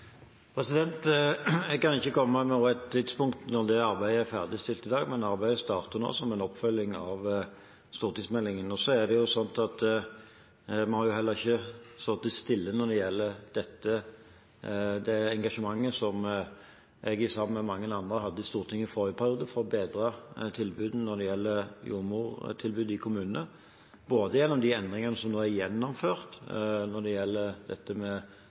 Jeg kan ikke komme med et tidspunkt for når det arbeidet er ferdigstilt nå i dag, men arbeidet starter nå som en oppfølging av stortingsmeldingen. Så har vi jo heller ikke sittet stille når det gjelder det engasjement som jeg, sammen med mange andre, hadde i Stortinget i forrige periode for å bedre jordmortilbudet i kommunene, både gjennom de endringene som nå er gjennomført når det gjelder dette med